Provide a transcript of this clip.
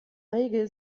regel